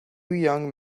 young